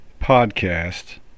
podcast